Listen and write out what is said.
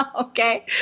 Okay